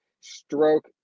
stroke